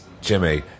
Jimmy